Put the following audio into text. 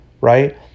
right